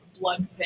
blood